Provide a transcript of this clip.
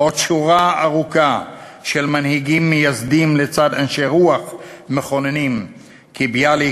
ועוד שורה ארוכה של מנהיגים מייסדים לצד אנשי רוח מכוננים כביאליק,